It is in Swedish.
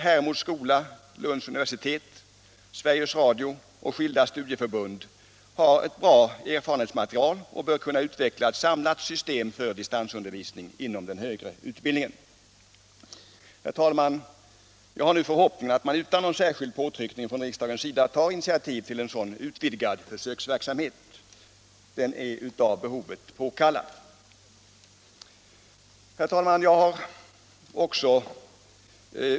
Hermods skola, Lunds universitet, Sveriges Radio och skilda studieförbund har där ett bra erfarenhetsmaterial och bör kunna utveckla ett samlat system för distansundervisning inom den högre utbildningen. Herr talman! Jag har nu förhoppningen att man utan någon särskild påtryckning från riksdagens sida tar initiativ till en sådan utvidgad försöksverksamhet. Den är av behovet påkallad.